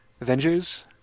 Avengers